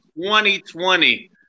2020